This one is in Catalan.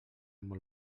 molt